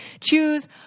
Choose